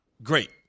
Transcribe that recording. Great